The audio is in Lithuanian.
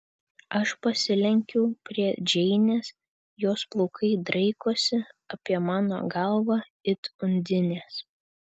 aš pasilenkiu prie džeinės jos plaukai draikosi apie mano galvą it undinės